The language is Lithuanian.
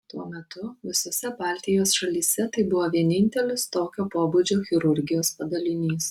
tuo metu visose baltijos šalyse tai buvo vienintelis tokio pobūdžio chirurgijos padalinys